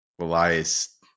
Elias